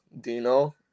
dino